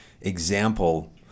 example